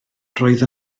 roedd